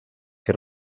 que